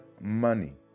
money